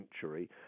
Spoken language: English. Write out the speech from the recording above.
century